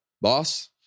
boss